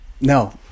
No